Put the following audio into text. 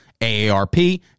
AARP